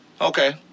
Okay